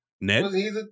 Ned